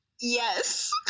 Yes